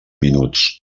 minuts